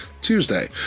Tuesday